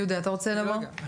יהודה, אתה רוצה לומר?